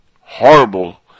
horrible